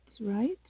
right